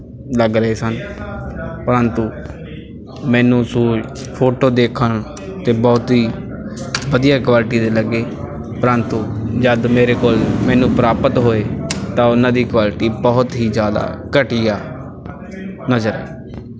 ਲੱਗ ਰਹੇ ਸਨ ਪਰੰਤੂ ਮੈਨੂੰ ਸੂਜ਼ ਫੋਟੋ ਦੇਖਣ 'ਤੇ ਬਹੁਤ ਹੀ ਵਧੀਆ ਕੁਆਲਿਟੀ ਦੇ ਲੱਗੇ ਪਰੰਤੂ ਜਦ ਮੇਰੇ ਕੋਲ ਮੈਨੂੰ ਪ੍ਰਾਪਤ ਹੋਏ ਤਾਂ ਉਹਨਾਂ ਦੀ ਕੁਆਲਿਟੀ ਬਹੁਤ ਹੀ ਜ਼ਿਆਦਾ ਘਟੀਆ ਨਜ਼ਰ ਆਈ